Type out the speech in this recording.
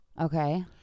Okay